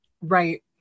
Right